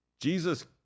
Jesus